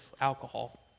alcohol